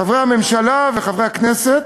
חברי הממשלה וחברי הכנסת,